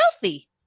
healthy